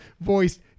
voiced